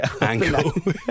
angle